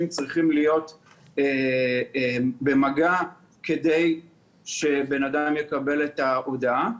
צריכים להיות במגע כדי שהבן אדם יקבל את ההודעה.